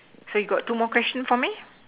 still got two more question for me